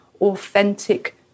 authentic